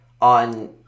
on